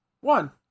One